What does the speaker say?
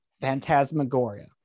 Phantasmagoria